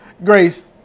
Grace